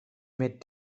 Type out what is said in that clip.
met